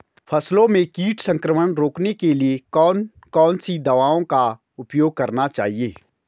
फसलों में कीट संक्रमण को रोकने के लिए कौन कौन सी दवाओं का उपयोग करना चाहिए?